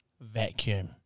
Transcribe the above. vacuum